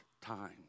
time